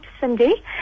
Cindy